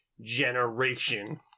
generation